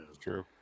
true